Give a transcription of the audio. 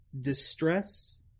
distress